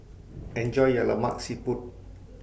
Enjoy your Lemak Siput